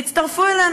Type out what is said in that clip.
והצטרפו אלינו,